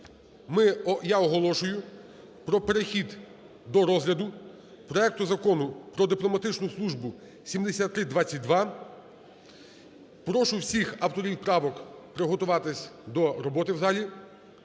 я оголошую про перехід до розгляду проекту Закону про дипломатичну службу, 7322. Прошу всіх авторів правок приготуватись до роботи в залі.